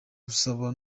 gusaba